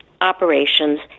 operations